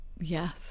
yes